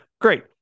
great